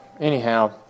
Anyhow